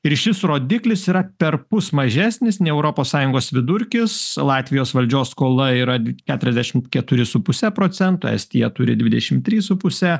ir šis rodiklis yra perpus mažesnis nei europos sąjungos vidurkis latvijos valdžios skola yra keturiasdešimt keturi su puse procento estija turi dvidešim trys su puse